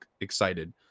excited